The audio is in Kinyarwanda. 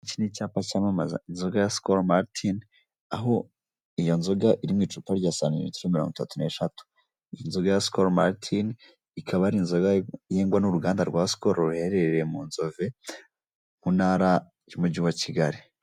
Iki ni icyapa cyamamaza inzoga ya sikolu matine aho iyo nzoga iri mu icupa rya sintimetero mirongo itatun'eshatu inzoga ya sikolu matine, ikaba ari inzoga yengwa n'uruganda rwa sikolu ruherereye mu nzove mu ntara y'umugi wa Kigali.